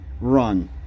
run